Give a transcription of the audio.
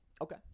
Okay